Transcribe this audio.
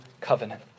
covenant